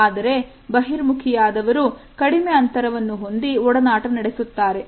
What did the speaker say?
ಆದರೆ ಬಹಿರ್ಮುಖಿ ಯಾದವರು ಕಡಿಮೆ ಅಂತರವನ್ನು ಹೊಂದಿ ಒಡನಾಟ ನಡೆಸುತ್ತಾರೆ